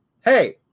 hey